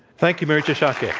thank you, marietje schaake. yeah